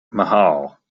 mahal